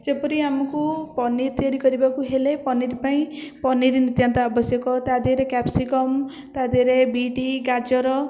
ଯେପରି ଆମକୁ ପନିର ତିଆରି କରିବାକୁ ହେଲେ ପନିର ପାଇଁ ପନିର ନିତ୍ୟାନ୍ତ ଆବଶ୍ୟକ ତା ଦେହରେ କ୍ୟାପ୍ସିକମ ତା ଦେହରେ ବିଟ୍ ଗାଜର